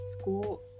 School